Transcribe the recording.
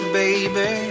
baby